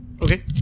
Okay